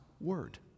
Word